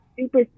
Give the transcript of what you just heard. super